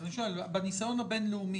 אז אני שואל: בניסיון הבין-לאומי,